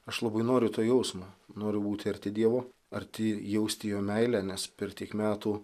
aš labai noriu to jausmo noriu būti arti dievo arti jausti jo meilę nes per tiek metų